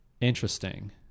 Interesting